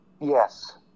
Yes